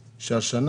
משה,